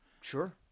Sure